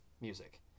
music